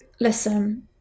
Listen